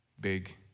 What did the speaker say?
big